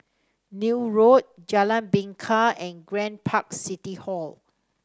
Neil Road Jalan Bingka and Grand Park City Hall